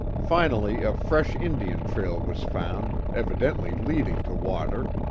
finally a fresh indian trail was found, evidently leading to water.